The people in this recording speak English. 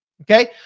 Okay